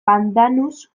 pandanus